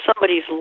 somebody's